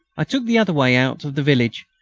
i took the other way out of the village,